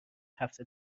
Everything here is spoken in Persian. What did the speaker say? هفته